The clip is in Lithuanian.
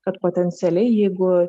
kad potencialiai jeigu